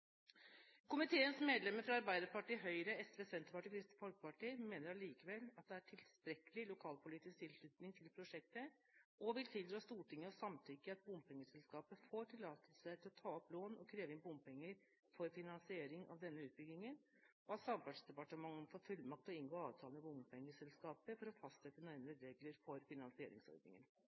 Komiteens medlemmer fra Arbeiderpartiet, Høyre, SV, Senterpartiet og Kristelig Folkeparti mener allikevel at det er tilstrekkelig lokalpolitisk tilslutning til prosjektet, og vil tilrå Stortinget å samtykke i at bompengeselskapet får tillatelse til å ta opp lån og kreve inn bompenger for finansiering av denne utbyggingen, og at Samferdselsdepartementet får fullmakt til å inngå avtale med bompengeselskapet for å fastsette nærmere regler for finansieringsordningen.